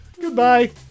Goodbye